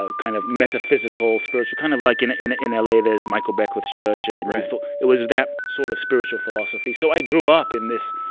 ah kind of metaphysical, spiritual, kind of like. in in l a, there's michael beckwith's church, right it was that sort of spiritual philosophy. so i grew up in this,